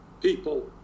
people